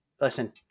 Listen